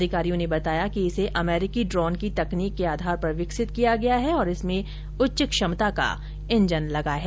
अधिकारियों ने बताया कि इसे अमेरिकी ड्रोन की तकनीक के आधार पर विकसित किया गया है और इसमें उच्च क्षमता का ईंजन लगा है